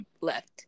left